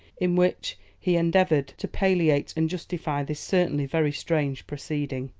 in which he endeavoured to palliate and justify this certainly very strange proceeding.